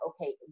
okay